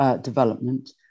development